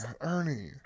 Ernie